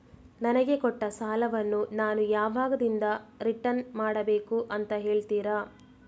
ನನಗೆ ಕೊಟ್ಟ ಸಾಲವನ್ನು ನಾನು ಯಾವಾಗದಿಂದ ರಿಟರ್ನ್ ಮಾಡಬೇಕು ಅಂತ ಹೇಳ್ತೀರಾ?